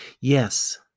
Yes